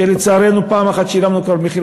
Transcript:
ולצערנו פעם אחת כבר שילמנו מחיר,